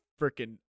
freaking